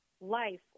life